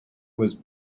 was